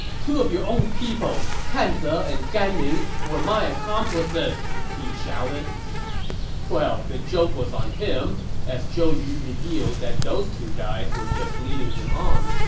two of your own people, kan ze and gan ning, were my accomplices! he shouted well, the joke was on him, as zhou yu revealed that those two guys were just leading him on.